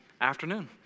afternoon